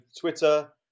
Twitter